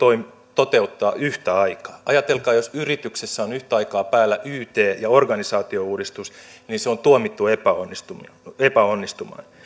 toteuttaa yhtä aikaa ajatelkaa jos yrityksessä on yhtä aikaa päällä yt ja organisaatiouudistus se on tuomittu epäonnistumaan epäonnistumaan